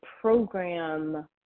program